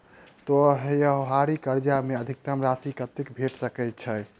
त्योहारी कर्जा मे अधिकतम राशि कत्ते भेट सकय छई?